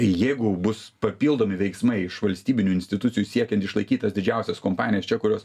jeigu bus papildomi veiksmai iš valstybinių institucijų siekiant išlaikyt tas didžiausias kompanijas kurios